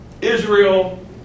Israel